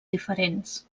diferents